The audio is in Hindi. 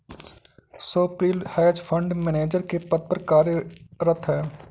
स्वप्निल हेज फंड मैनेजर के पद पर कार्यरत है